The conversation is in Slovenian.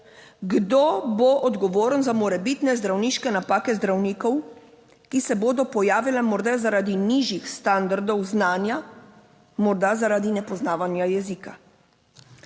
kdo bo odgovoren za morebitne zdravniške napake zdravnikov, ki se bodo pojavile, morda zaradi nižjih standardov znanja, morda zaradi nepoznavanja jezika?